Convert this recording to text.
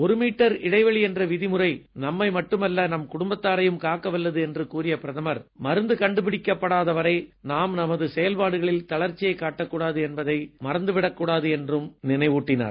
ஒரு மீட்டர் இடைவெளி என்ற விதிமுறை நம்மை மட்டுமல்ல நம் குடும்பத்தாரையும் காக்க வல்லது என்று கூறிய பிரதமர் மருந்து கண்டுபிடிக்கப்படாத வரை நாம் நமது செயல்பாடுகளில் தளர்ச்சியைக் காட்டக் கூடாது என்பதை நாம் மறந்துவிடக்கூடாது என்றும் பிரதமர் நினைவூட்டினார்